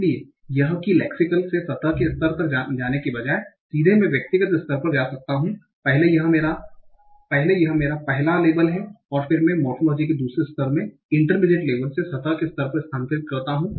इसलिए यह कि लेक्सिकल से सतह के स्तर तक जाने के बजाय सीधे मैं व्यक्तिगत स्तर पर जा सकता हूं पहले यह मेरा पहला लेबल है और फिर मैं मोर्फोलोजी के दूसरे स्तर में इंटरमीडिएट लेबल से सतह के स्तर पर स्थानांतरित करता हूं